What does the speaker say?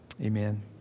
Amen